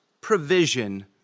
provision